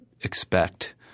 expect